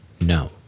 No